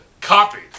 copied